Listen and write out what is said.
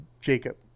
Jacob